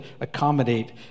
accommodate